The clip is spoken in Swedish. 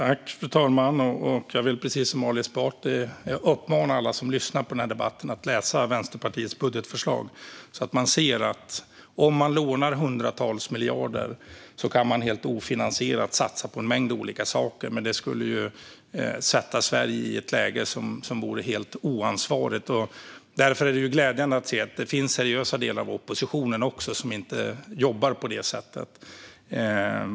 Fru talman! Jag vill, precis som Ali Esbati, uppmana alla som lyssnar på denna debatt att läsa Vänsterpartiets budgetförslag. Om man lånar hundratals miljarder kan man helt ofinansierat satsa på en mängd olika saker, men detta skulle sätta Sverige i ett läge som det vore helt oansvarigt att sätta landet i. Därför är det glädjande att se att det också finns seriösa delar av oppositionen som inte jobbar på det sättet.